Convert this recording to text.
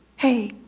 hey,